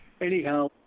Anyhow